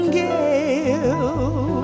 gale